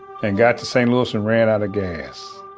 and got to st. louis and ran outta gas.